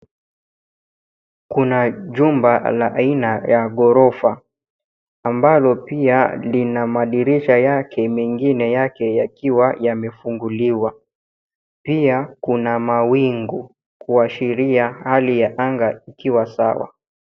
Kuna jumba la aina ya ghorofa ambalo pia lina madirisha yake, mengine yake yakiwa yamefungulika. Pia kuna mawingu, kuashiria hali ya anga ikiwa sawa.